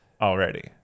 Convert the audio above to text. already